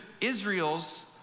Israel's